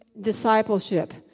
discipleship